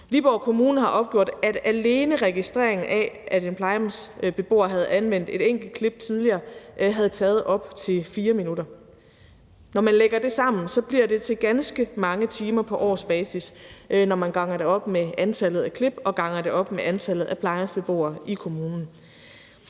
Viborg Kommune har opgjort, at alene registrering af, at en plejehjemsbeboer havde anvendt et enkelt klip, tidligere havde taget op til 4 minutter. Når man lægger det sammen, bliver det til ganske mange timer på årsbasis, når man ganger det op med antallet af klip og ganger det op med antallet af plejehjemsbeboere i kommunen.